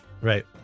Right